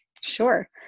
Sure